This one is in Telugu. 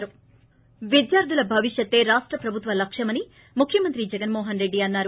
విద్యార్ధుల భవిష్యత్తే రాష్ట ప్రభుత్వ లక్ష్యమని ముఖ్యమంత్రి జగన్మోహన్ రెడ్డి అన్నారు